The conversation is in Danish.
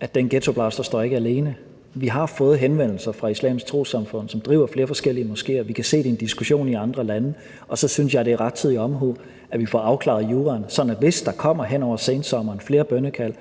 at den ghettoblaster ikke står alene – vi har fået henvendelser fra Islamisk Trossamfund, som driver flere forskellige moskeer, og vi kan se, at det er en diskussion i andre lande. Og så synes jeg, det er rettidig omhu, at vi får afklaret juraen, hvis der hen over sensommeren kommer flere bønnekald